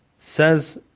Says